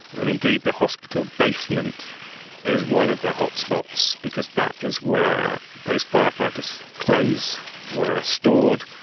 and indeed the hospital basement is one of the hotspots because that is where those firefighters' clothes were stored,